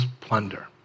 plunder